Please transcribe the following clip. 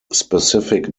specific